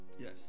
Yes